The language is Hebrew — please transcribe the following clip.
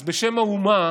אז בשם האומה